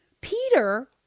Peter